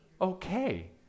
okay